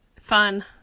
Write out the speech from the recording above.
Fun